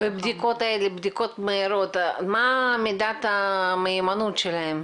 הבדיקות המהירות, מה מידת המהימנות שלהם?